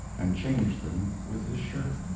and changed them with his shirt.